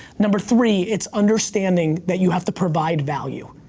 number three, it's understanding that you have to provide value.